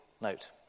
note